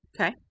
Okay